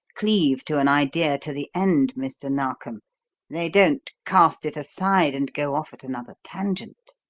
cleave to an idea to the end, mr. narkom they don't cast it aside and go off at another tangent.